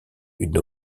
une